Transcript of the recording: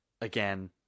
again